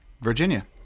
Virginia